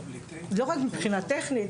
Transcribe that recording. לא רק מבחינה טכנית,